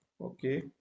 Okay